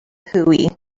hooey